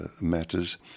matters